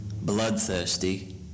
Bloodthirsty